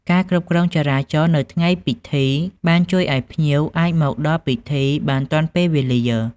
ការគ្រប់គ្រងចរាចរណ៍នៅថ្ងៃពិធីបានជួយឱ្យភ្ញៀវអាចមកដល់ពិធីបានទាន់ពេលវេលា។